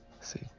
See